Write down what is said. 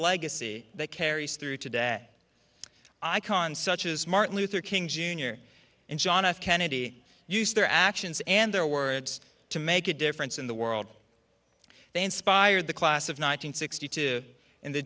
legacy that carries through today i con such as martin luther king jr and john f kennedy used their actions and their words to make a difference in the world they inspired the class of nine hundred sixty to in the